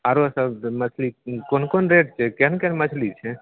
आओरसब तऽ मछली कोन कोन रेट छै केहन केहन मछली छै